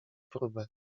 próbę